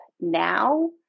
now